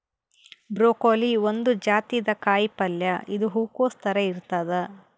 broccoli ಒಂದ್ ಜಾತಿದ್ ಕಾಯಿಪಲ್ಯ ಇದು ಹೂಕೊಸ್ ಥರ ಇರ್ತದ್